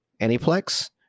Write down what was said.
Aniplex